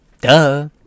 Duh